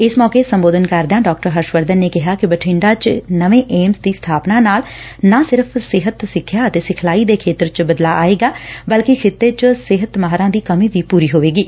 ਇਸ ਮੌਕੇ ਸੰਬੋਧਨ ਕਰਦਿਆਂ ਡਾ ਹਰਸਸ ਵਰਧਨ ਨੇਂ ਕਿਹਾ ਕਿ ਬਠਿੰਡਾ ਚ ਨਵੇ ਏਮਜ਼ ਦੀ ਸਬਾਪਨਾ ਨਾਲ ਨਾ ਸਿਰਫ਼ ਸਿਹਤ ਸਿੱਖਿਆ ਅਤੇ ਸਿਖਲਾਈ ਦੇ ਖੇਤਰ ਚ ਬਦਲਾਅ ਆਏਗਾ ਬਲਕਿ ਖਿੱਤੇ ਚ ਸਿਹਤ ਮਾਹਿਰਾਂ ਦੀ ਕਮੀ ਵੀ ਪੁਰੀ ਹੋਵੇਗੀ